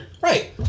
Right